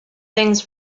things